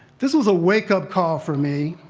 this was a wake-up call for me,